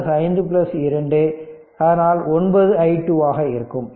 அதனால் 9 i2 ஆக இருக்கும்